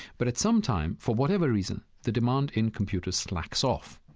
but at some time, for whatever reason, the demand in computers slacks off,